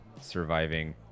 surviving